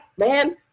man